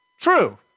True